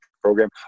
program